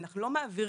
אנחנו לא מעבירים.